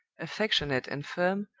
affectionate and firm,